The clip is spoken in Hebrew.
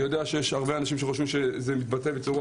אני יודע שיש הרבה אנשים שחושבים שזה מתבטא בצורה